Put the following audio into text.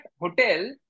hotel